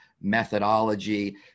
methodology